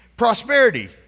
prosperity